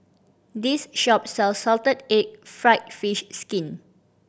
this shop sells salted egg fried fish skin